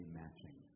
matching